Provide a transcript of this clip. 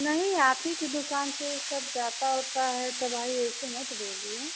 नहीं आप ही की दुकान से सब जाता ओता है तो भाई ऐसे मत बोलिए